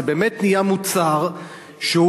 זה באמת נהיה מוצר יקר.